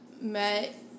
met